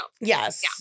Yes